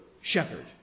shepherd